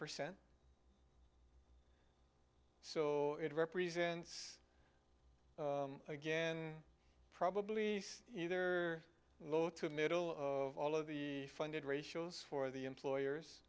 percent so represents again probably either low to middle of all of the funded ratios for the employers